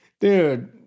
Dude